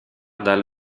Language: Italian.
dal